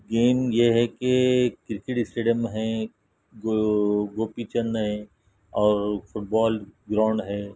game یہ ہے کہ کرکٹ اسٹیڈیم ہیں گوپی چند ہیں اور فٹ بال گراؤنڈ ہیں